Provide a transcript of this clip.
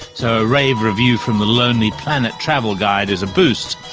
so a rave review from the lonely planet travel guide is a boost.